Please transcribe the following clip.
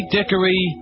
Dickory